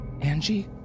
Angie